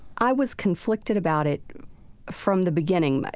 i was conflicted about it from the beginning. but